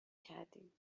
کردیم